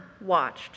watched